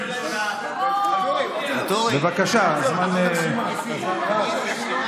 בבקשה, הזמן רץ.